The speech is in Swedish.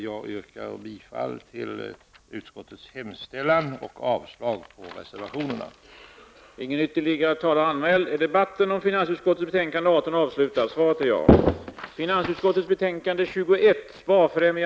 Jag yrkar bifall till utskottets hemställan och avslag på reservationerna.